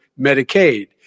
Medicaid